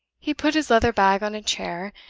he put his leather bag on a chair,